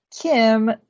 Kim